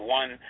one